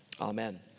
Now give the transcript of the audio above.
Amen